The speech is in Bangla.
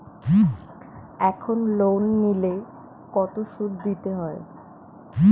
এখন লোন নিলে কত সুদ দিতে হয়?